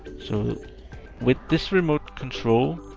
so with this remote control,